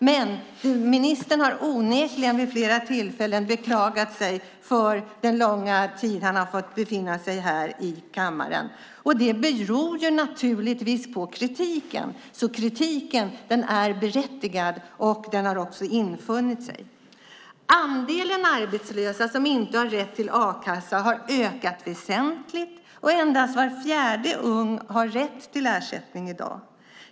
Men ministern har onekligen vid flera tillfällen beklagat sig över all tid han har fått vara här i kammaren. Det beror naturligtvis på kritiken. Kritiken är berättigad och har infunnit sig. Andelen arbetslösa som inte har rätt till a-kassa har ökat väsentligt. Endast var fjärde ung har rätt till ersättning i dag.